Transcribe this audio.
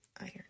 iron